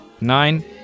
nine